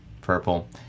Purple